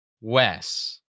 wes